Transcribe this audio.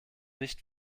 nicht